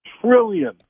trillion